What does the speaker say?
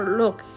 look